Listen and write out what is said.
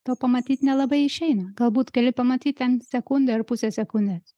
to pamatyt nelabai išeina galbūt gali pamatyt ten sekundę ar pusę sekundės